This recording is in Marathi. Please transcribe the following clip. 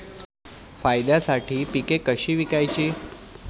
फायद्यासाठी पिके कशी विकायची?